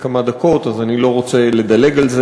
בכלל הרשויות המקומיות, ירושלים, תל-אביב,